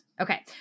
Okay